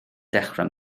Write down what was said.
dechrau